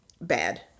bad